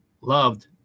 loved